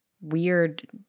weird